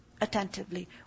attentively